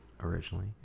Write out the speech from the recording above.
originally